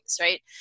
right